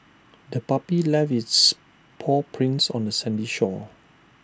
the puppy left its paw prints on the sandy shore